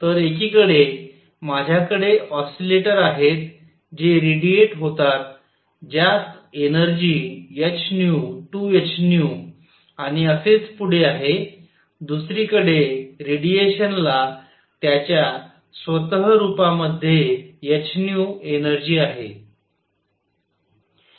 तर एकीकडे माझ्याकडे ऑसिलेटर आहेत जे रेडिएट होतात ज्यात एनर्जी h 2 h आणि असेच पुढे आहे दुसरीकडे रेडिएशनला त्याचा स्वतः रूपामध्ये h एनर्जी आहे